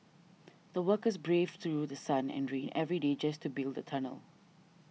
the workers braved through sun and rain every day just to build the tunnel